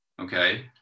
okay